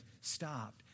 stopped